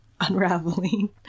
unraveling